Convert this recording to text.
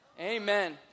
Amen